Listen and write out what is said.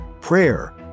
prayer